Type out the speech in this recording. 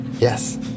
Yes